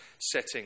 setting